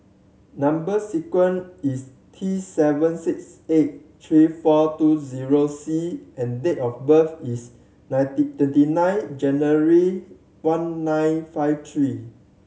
number sequence is T seven six eight three four two zero C and date of birth is ninety twenty nine January one nine five three